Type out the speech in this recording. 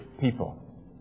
people